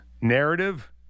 narrative